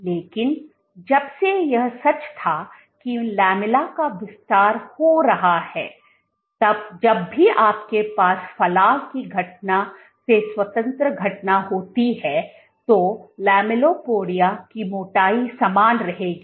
लेकिन जब से यह सच था कि लामेला का विस्तार हो रहा है तब जब भी आपके पास फलाव की घटना से स्वतंत्र घटना होती है तो लैमेलिपोडिया की मोटाई समान रहेगी